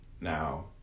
Now